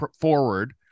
forward